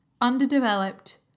underdeveloped